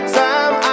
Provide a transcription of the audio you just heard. time